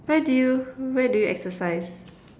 where do you where do you exercise